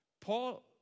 Paul